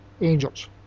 angels